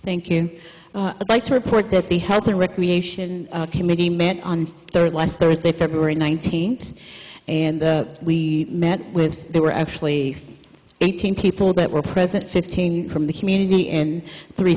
you like to report that the health and recreation committee met on the third last thursday february nineteenth and we met with there were actually eighteen people that were present fifteen from the community and three